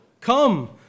Come